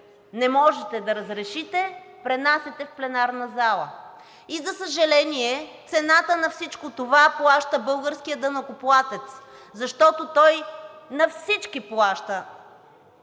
не можете да разрешите, пренасяте в пленарната зала. За съжаление, цената на всичко това плаща българският данъкоплатец, защото той на всички плаща